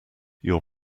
your